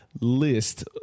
List